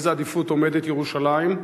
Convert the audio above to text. באיזו עדיפות עומדת ירושלים?